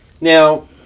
Now